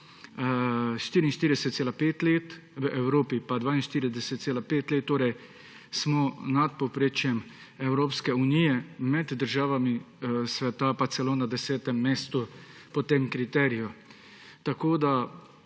44,5 let, v Evropi pa 42,5 let, torej smo nad povprečjem Evropske unije, med državami sveta pa celo na 10. mestu po tem kriteriju.